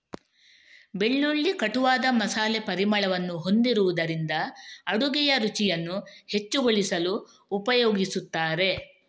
ಬೆಳ್ಳುಳ್ಳಿ ಕಟುವಾದ ಮಸಾಲೆ ಪರಿಮಳವನ್ನು ಹೊಂದಿರುವುದರಿಂದ ಅಡುಗೆಯ ರುಚಿಯನ್ನು ಹೆಚ್ಚುಗೊಳಿಸಲು ಉಪಯೋಗಿಸುತ್ತಾರೆ